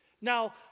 Now